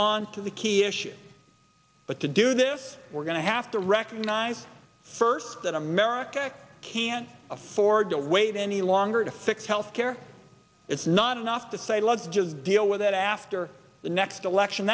on to the key issue but to do this we're going to have to recognize first that america can't afford to wait any longer to fix health care it's not enough to say let's just deal with that after the next election